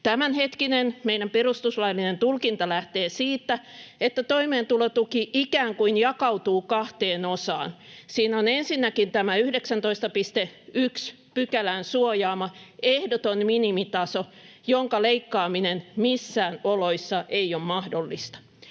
tämänhetkinen perustuslaillinen tulkinta lähtee siitä, että toimeentulotuki ikään kuin jakautuu kahteen osaan. Siinä on ensinnäkin tämä 19.1 §:n suojaama ehdoton minimitaso, jonka leikkaaminen missään oloissa ei ole mahdollista.